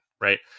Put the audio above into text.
right